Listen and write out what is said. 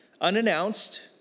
unannounced